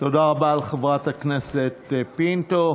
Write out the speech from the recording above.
תודה רבה לחברת הכנסת פינטו.